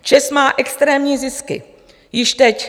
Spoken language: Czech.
ČEZ má extrémní zisky již teď.